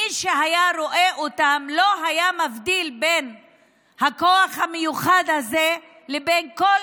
מי שהיה רואה אותם לא היה מבדיל בין הכוח המיוחד הזה לבין כל